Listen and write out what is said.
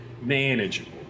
manageable